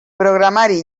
programari